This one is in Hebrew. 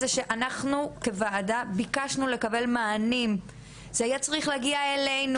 זה שאנחנו כוועדה ביקשנו לקבל מענים וזה היה צריך להגיע אלינו.